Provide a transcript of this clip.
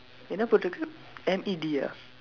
என்னா போட்டுருக்கு:ennaa pootdurukku M E D ah